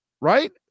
right